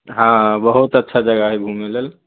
हँ बहुत अच्छा जगह हइ घूमे लेल